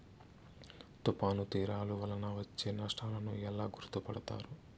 తుఫాను తీరాలు వలన వచ్చే నష్టాలను ఎలా గుర్తుపడతారు?